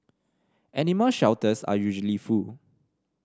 animal shelters are usually full